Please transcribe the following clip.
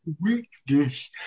weakness